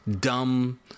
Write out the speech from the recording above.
dumb